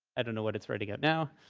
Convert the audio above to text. i don't know what it's writing out now.